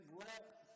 let